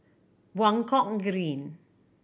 Buangkok Green